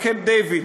בקמפ דייוויד,